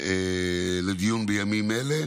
לדיון בימים אלה.